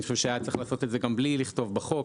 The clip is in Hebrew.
אני חושב שהיה צריך לעשות את זה גם בלי לכתוב בחוק,